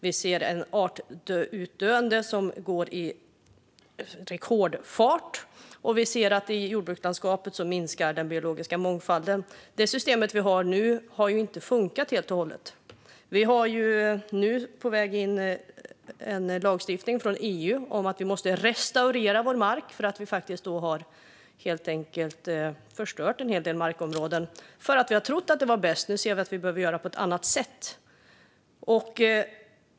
Vi ser ett artutdöende i rekordfart, och vi ser att den biologiska mångfalden i jordbrukslandskapet minskar. Det system vi har nu har ju inte funkat helt och hållet. Nu kommer det en lagstiftning från EU om att vi måste restaurera vår mark, för vi har helt enkelt förstört en hel del markområden för att vi har trott att det var bäst. Nu ser vi att vi behöver göra på ett annat sätt.